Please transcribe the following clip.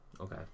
Okay